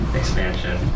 expansion